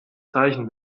zeichen